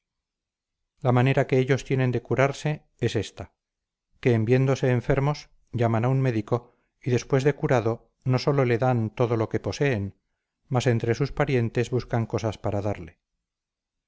la manera que ellos tienen de curarse es ésta que en viéndose enfermos llaman a un médico y después de curado no sólo le dan todo lo que poseen mas entre sus parientes buscan cosas para darle